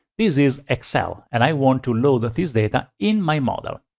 this is excel and i want to load this data in my model.